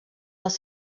les